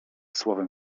słowem